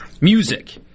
music